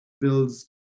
builds